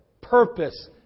purpose